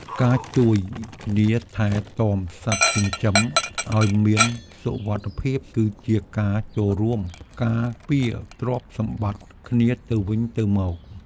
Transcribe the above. ការជួយគ្នាថែទាំសត្វចិញ្ជឺមឲ្យមានសុវត្ថិភាពគឺជាការចូលរួមការពារទ្រព្យសម្បត្តិគ្នាទៅវិញទៅមក។